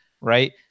right